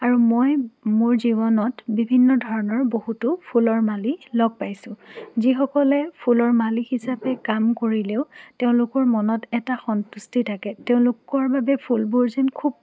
আৰু মই মোৰ জীৱনত বিভিন্ন ধৰণৰ বহুতো ফুলৰ মালি লগ পাইছোঁ যিসকলে ফুলৰ মালি হিচাপে কাম কৰিলেও তেওঁলোকৰ মনত এটা সন্তুষ্টি থাকে তেওঁলোকৰ বাবে ফুলবোৰ যেন খুব